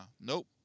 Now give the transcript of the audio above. nope